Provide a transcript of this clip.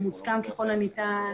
מוסכם ככל הניתן,